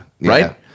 Right